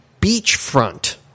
beachfront